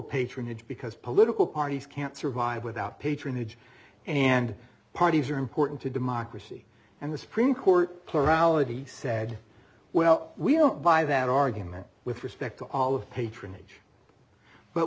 patronage because political parties can't survive without patronage and parties are important to democracy and the supreme court plurality said well we don't buy that argument with respect to all of patronage but